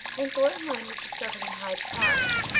when thornton lyne was discovered in hyde park,